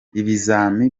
ibizami